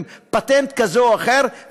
עם פטנט כזה או אחר,